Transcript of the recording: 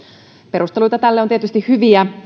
perusteluita tälle on tietysti hyviä